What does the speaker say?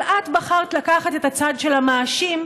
אבל את בחרת לקחת את הצד של המאשים,